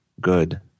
good